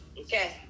Okay